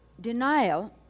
denial